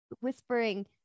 whispering